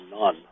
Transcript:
none